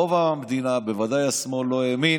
רוב המדינה, בוודאי השמאל, לא הימין,